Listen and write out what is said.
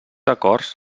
acords